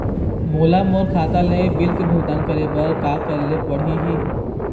मोला मोर खाता ले बिल के भुगतान करे बर का करेले पड़ही ही?